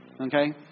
Okay